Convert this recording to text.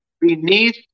beneath